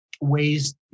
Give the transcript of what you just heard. ways